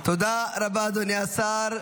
תודה רבה, אדוני השר.